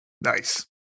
Nice